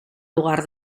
lugar